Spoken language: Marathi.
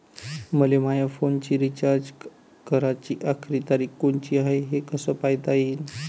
मले माया फोनचा रिचार्ज कराची आखरी तारीख कोनची हाय, हे कस पायता येईन?